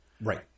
Right